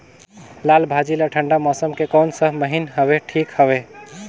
लालभाजी ला ठंडा मौसम के कोन सा महीन हवे ठीक हवे?